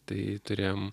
tai turėjom